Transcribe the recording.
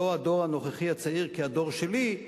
לא הדור הנוכחי הצעיר כדור שלי,